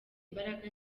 imbaraga